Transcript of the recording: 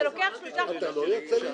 וזה לוקח שלושה חודשים,